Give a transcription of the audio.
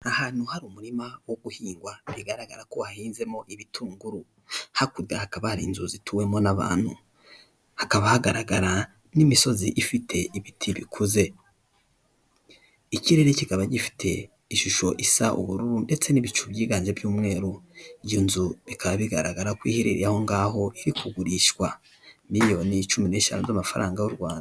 Ahantu hari umurima wo guhingwa bigaragara ko hahinzemo ibitunguru. Hakurya hakaba hari inzu zituwemo n'abantu, hakaba hagaragara n'imisozi ifite ibiti bikuze, ikirere kikaba gifite ishusho isa ubururu ndetse n'ibicu byiganje by'umweru, iyo nzu bikaba bigaragara ko ihereye aho ngaho, iri kugurishwa miliyoni icumi n'eshanu y'amafaranga y'u Rwanda.